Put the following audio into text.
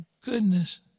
goodness